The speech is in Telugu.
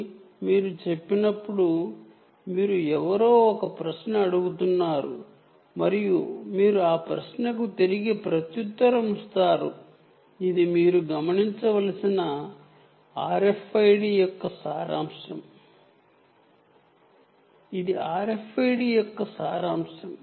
మిమ్మల్ని ఎవరో ఇంట్రాగేట్ చేస్తున్నారు అనగా మీరు ప్రశ్నించబడుతున్నారని అర్థం మరియు మీరు ఆ ప్రశ్నకు తిరిగి సమాధానం ఇస్తారు అని అర్ధం ఇది మీరు గమనించవలసిన RFID యొక్క సారాంశం